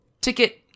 ticket